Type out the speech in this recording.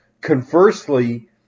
Conversely